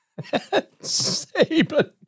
Saban